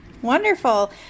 Wonderful